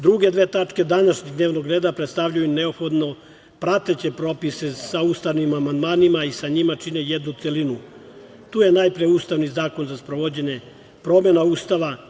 Druge dve tačke današnjeg dnevnog reda predstavljaju neophodno prateće propise sa ustavnim amandmanima i sa njima čine jednu celinu, tu je najpre ustavni zakon za sprovođenje promena Ustava.